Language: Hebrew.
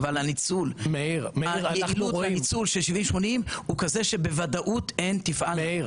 אבל הניצול של 70, 80 הוא כזה שבוודאות הן תפעלנה.